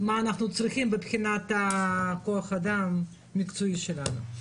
מה אנחנו צריכים מבחינת כוח האדם המקצועי שלנו.